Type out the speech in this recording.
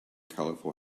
colorful